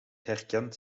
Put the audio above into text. herkent